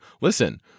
listen